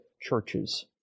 churches